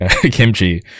kimchi